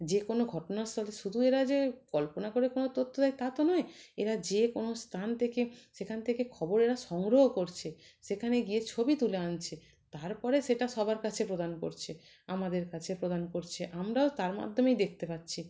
যে কোনো ঘটনাস্থল শুধু এরা যে কল্পনা করে কোনো তথ্য দেয় তা তো নয় এরা যে কোনো স্থান থেকে সেখান থেকে খবর এরা সংগ্রহ করছে সেখানে গিয়ে ছবি তুলে আনছে তারপরে সেটা সবার কাছে প্রদান করছে আমাদের কাছে প্রদান করছে আমরাও তার মাধ্যমেই দেখতে পারছি